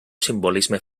simbolisme